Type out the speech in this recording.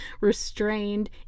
restrained